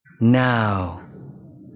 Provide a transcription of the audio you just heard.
Now